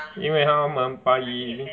因为他们拜一